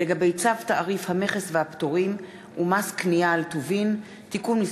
הצעת חוק הסדרת העיסוק במקצועות הבריאות (תיקון,